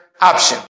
option